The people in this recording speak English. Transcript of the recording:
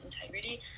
integrity